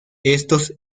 estos